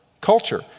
culture